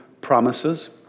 promises